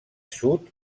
sud